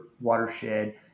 watershed